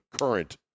current